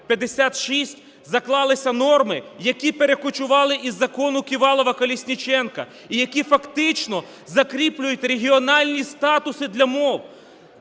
5556, заклалися норми, які перекочували із Закону "Ківалова-Колесніченка" і які фактично закріплюють регіональні статуси для мов.